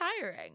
tiring